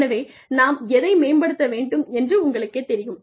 எனவே நாம் எதை மேம்படுத்த வேண்டும் என்று உங்களுக்கேத் தெரியும்